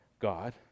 God